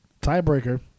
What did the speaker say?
Tiebreaker